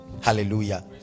Hallelujah